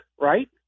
right